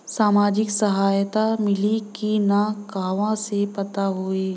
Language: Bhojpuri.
सामाजिक सहायता मिली कि ना कहवा से पता होयी?